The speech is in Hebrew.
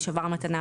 שובר מתנה,